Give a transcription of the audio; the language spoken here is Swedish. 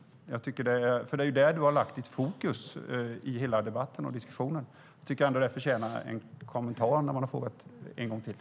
Det är där du har lagt fokus i debatten och diskussionen, så därför förtjänar min fråga ett svar när jag nu ställer den en gång till.